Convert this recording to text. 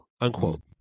unquote